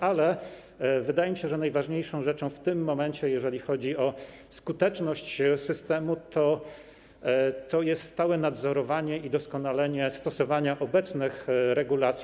Ale wydaje mi się, że najważniejszą rzeczą w tym momencie, jeżeli chodzi o skuteczność systemu, to jest stałe nadzorowanie i doskonalenie stosowania obecnych regulacji.